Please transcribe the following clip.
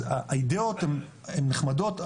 אז האידיאות הן נחמדות,